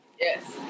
Yes